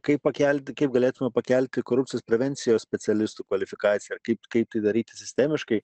kaip pakelti kaip galėtume pakelti korupcijos prevencijos specialistų kvalifikaciją kaip tai daryti sistemiškai